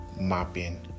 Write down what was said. mapping